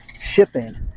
shipping